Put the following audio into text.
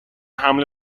حمل